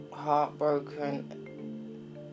heartbroken